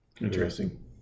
Interesting